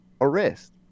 arrest